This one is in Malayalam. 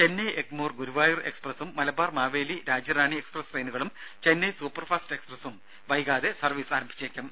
ചെന്നൈ എഗ്മോർ ഗുരുവായൂർ എക്സ്പ്രസും മലബാർ മാവേലി രാജ്യറാണി എക്സ്പ്രസ് ട്രെയിനുകളും ചെന്നൈ സൂപ്പർ ഫാസ്റ്റ് എക്സ്പ്രസും വൈകാതെ സർവീസ് ആരംഭിച്ചേക്കും